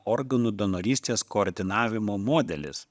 organų donorystės koordinavimo modelis